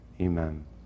Amen